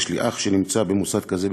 יש לי אח שנמצא במוסד כזה בטבריה,